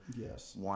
Yes